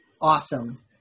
Awesome